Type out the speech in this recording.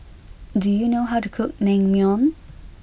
do you know how to cook Naengmyeon